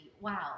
Wow